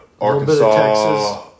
Arkansas